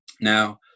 Now